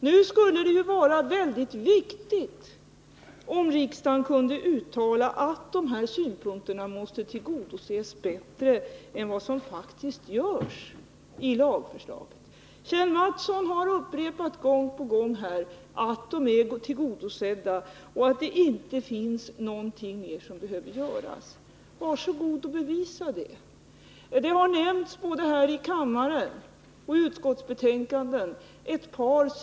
Nu skulle det vara viktigt att riksdagen kunde uttala att dessa synpunkter som vi vill värna när det gäller energipolitiken och den sociala miljön, måste tillgodoses bättre än vad som är fallet i lagförslaget. Kjell Mattsson har upprepat gång på gång att de är tillgodosedda och att inte något mer behöver göras. Var så god och bevisa det!